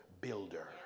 builder